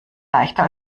leichter